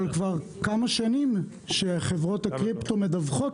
אבל כבר כמה שנים שחברות הקריפטו מדווחות